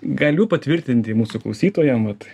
galiu patvirtinti mūsų klausytojam vat